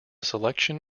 selection